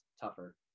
tougher